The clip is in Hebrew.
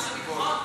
חוץ וביטחון?